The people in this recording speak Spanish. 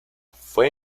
fue